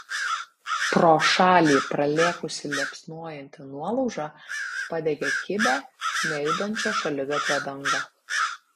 pro šalį pralėkusi liepsnojanti nuolauža padegė kibią nejudančio šaligatvio dangą